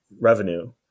revenue